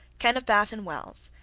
ken of bath and wells,